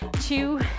two